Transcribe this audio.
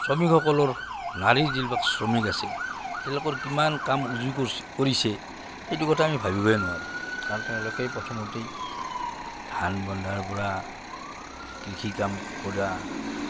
শ্ৰমিকসকলৰ নাৰীৰ যিবিলাক শ্ৰমিক আছে তেওঁলোকৰ কিমান কাম উজু কৰি কৰিছে সেইটো কথা আমি ভাবিবেই নোৱাৰোঁ কাৰণ তেওঁলোকেই প্ৰথমতেই ধান বন্ধাৰ পৰা কৃষি কাম কৰা